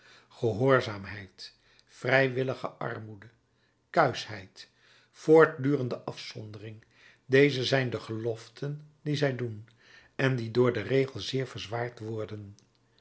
gehoorzaamheid vrijwillige armoede kuischheid voortdurende afzondering deze zijn de geloften die zij doen en die door den regel zeer verzwaard worden